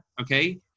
okay